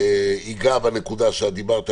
ייגע בנקודה שאת דיברת עליה,